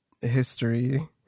History